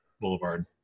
boulevard